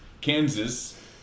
Kansas